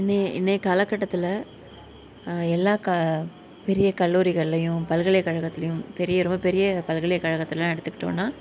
இன்றை இன்றைய காலக்கட்டத்தில் எல்லா பெரிய கல்லூரிகள்லேயும் பல்கலைக்கழகத்துலேயும் பெரிய ரொம்ப பெரிய பல்கலைக்கழகத்தைலாம் எடுத்துக்கிட்டோம்னா